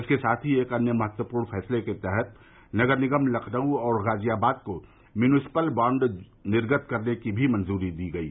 इसके साथ ही एक अन्य महत्वपूर्ण फैसले के तहत नगर निगम लखनऊ और गाजियाबाद को म्यूनिसपल बॉण्ड निर्गत करने को भी मंजूरी दी गयी